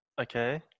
Okay